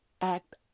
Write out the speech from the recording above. act